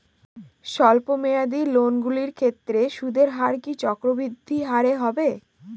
স্বল্প মেয়াদী লোনগুলির ক্ষেত্রে সুদের হার কি চক্রবৃদ্ধি হারে হবে?